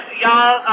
y'all